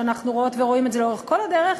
שאנחנו רואות ורואים את זה לאורך כל הדרך,